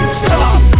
stop